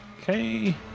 Okay